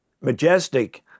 majestic